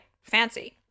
fancy